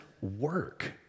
work